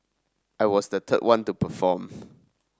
I was the third one to perform